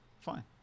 fine